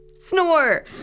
snore